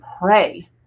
pray